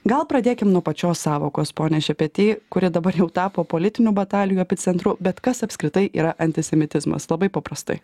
gal pradėkim nuo pačios sąvokos pone šepety kuri dabar jau tapo politinių batalijų epicentru bet kas apskritai yra antisemitizmas labai paprastai